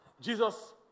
Jesus